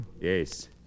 Yes